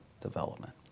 development